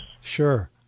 Sure